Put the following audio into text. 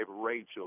Rachel